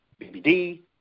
BBD